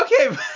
okay